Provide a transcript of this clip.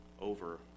over